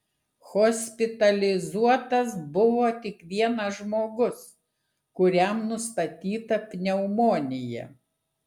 hospitalizuotas buvo tik vienas žmogus kuriam nustatyta pneumonija